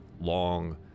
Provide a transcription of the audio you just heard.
Long